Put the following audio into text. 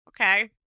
okay